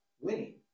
winning